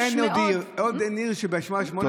אין עוד עיר שבשעה 20:30,